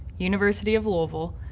university of louisville,